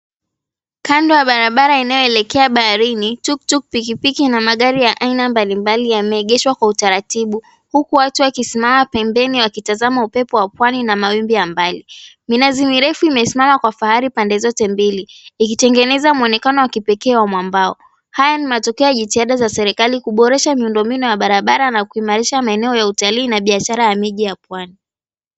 Kando ya barabara inayoelekea baharini tuktuk, pikipiki na magari ya aina mbalimbali yameegeshwa kwa utaratibu. Huku watu wakisimama pembeni wakitazama upepo wa pwani na mawimbi ya mbali. Minazi mirefu imesimama kwa fahari pande zote mbili ikitengeneza muonekano wa kipekee wa mwambao. Haya ni matokeo ya jitihada za serikali kuboresha miundombinu ya barabara na kuimarisha maeneo ya utalii na biashara ya miji ya pwani.